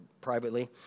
privately